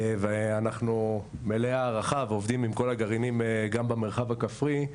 ואנחנו מלאי הערכה ועובדים עם כל הגרעינים במרחב הכפרי.